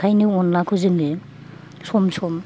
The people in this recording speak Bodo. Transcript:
ओंखायनो अनलाखौ जोङो सम सम